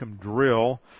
drill